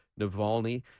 Navalny